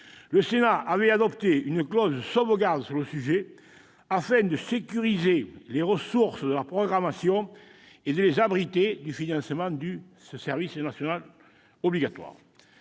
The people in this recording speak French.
Le Sénat avait adopté une clause de sauvegarde sur le sujet, afin de sécuriser les ressources de la programmation et de les abriter du financement du service national obligatoire.